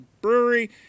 brewery